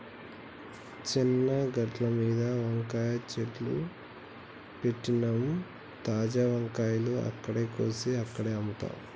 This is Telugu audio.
చేను గట్లమీద వంకాయ చెట్లు పెట్టినమ్, తాజా వంకాయలు అక్కడే కోసి అక్కడే అమ్ముతాం